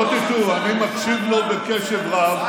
אני מקשיב לו בקשב רב,